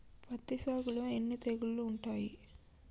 పత్తి సాగులో ఎన్ని తెగుళ్లు ఉంటాయి?